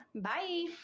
Bye